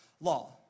law